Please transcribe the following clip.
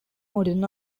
modern